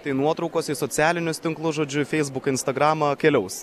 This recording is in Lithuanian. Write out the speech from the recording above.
tai nuotraukos į socialinius tinklus žodžiu fesibuk instagramą keliaus